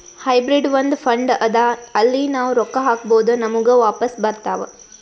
hybrid ಒಂದ್ fund ಅದಾ ಅಲ್ಲಿ ನಾವ್ ರೊಕ್ಕಾ ಹಾಕ್ಬೋದ್ ನಮುಗ ವಾಪಸ್ ಬರ್ತಾವ್